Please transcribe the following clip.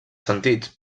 sentits